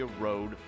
road